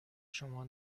شما